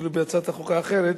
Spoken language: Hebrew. ואילו בהצעת החוק האחרת